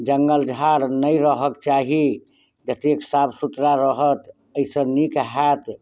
जङ्गल झाड़ नहि रहऽके चाही जतेक साफ सुथरा रहत एहि सऽ नीक होयत